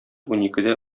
уникедә